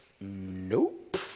nope